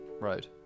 Road